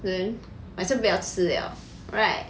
then I said 不要吃了 right